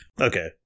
okay